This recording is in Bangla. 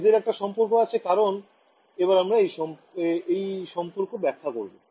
এদের একটা সম্পর্ক আছে কারণ এবার আমরা এই সম্পর্ক ব্যাখ্যা করবো